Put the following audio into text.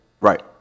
Right